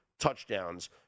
touchdowns